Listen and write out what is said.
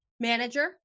manager